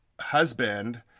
husband